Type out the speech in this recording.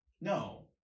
No